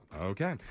Okay